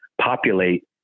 populate